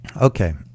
Okay